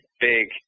big